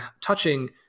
touching